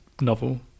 novel